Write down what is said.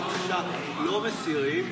הסברתי, לא מסירים.